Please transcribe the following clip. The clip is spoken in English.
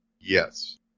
Yes